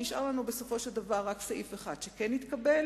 נשאר לנו בסופו של דבר רק סעיף אחד שכן התקבל,